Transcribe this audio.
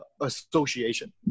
association